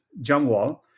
Jamwal